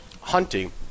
hunting